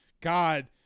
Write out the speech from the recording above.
God